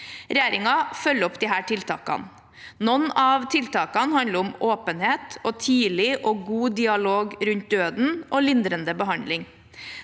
Regjeringen følger opp disse tiltakene. Noen av tiltakene handler om åpenhet og tidlig og god dialog rundt døden og lindrende behandling.